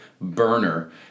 burner